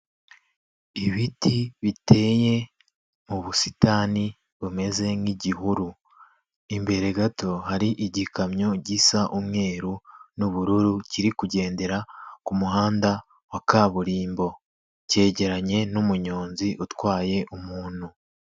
Ibiti biteye mu busitani bumeze nk'igihuru. Imbere gato hari igikamyo gisa umweru n'ubururu, kiri kugendera ku muhanda wa kaburimbo. Cyegeranye n'umuyonzi utwaye umuntu.